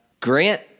Grant